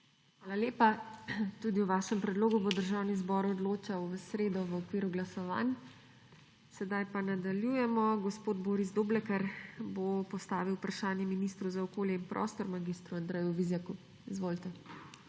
Hvala lepa. Tudi o vašem predlogu bo Državni zbor odločal v sredo v okviru glasovanj. Sedaj pa nadaljujemo. Gospod Boris Doblekar bo postavil vprašanje ministru za okolje in prostor mag. Andreju Vizjaku. Izvolite.